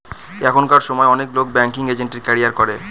এখনকার সময় অনেক লোক ব্যাঙ্কিং এজেন্টের ক্যারিয়ার করে